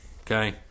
okay